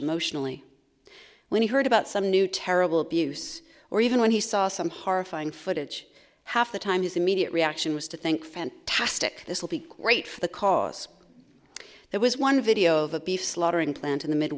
emotionally when he heard about some new terrible abuse or even when he saw some horrifying footage half the time his immediate reaction was to think fantastic this will be great for the cause there was one video of a beef slaughtering plant in the mid